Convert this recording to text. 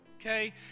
okay